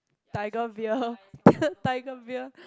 Tiger beer Tiger beer